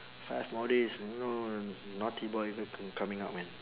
five more days you know naughty boy c~ coming out man